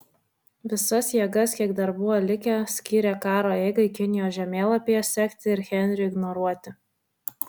visas jėgas kiek dar buvo likę skyrė karo eigai kinijos žemėlapyje sekti ir henriui ignoruoti